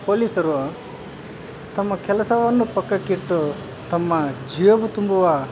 ಪೋಲೀಸರು ತಮ್ಮ ಕೆಲಸವನ್ನು ಪಕ್ಕಕ್ಕಿಟ್ಟು ತಮ್ಮ ಜೇಬು ತುಂಬುವ